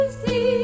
see